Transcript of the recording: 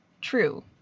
true